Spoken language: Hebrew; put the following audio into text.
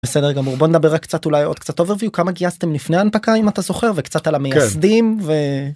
בסדר גמור בוא נדבר רק קצת אולי עוד קצת overview כמה גייסתם לפני הנפקה אם אתה זוכר וקצת על המייסדים.